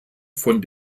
von